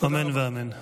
אמן ואמן.